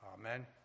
amen